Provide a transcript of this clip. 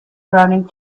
running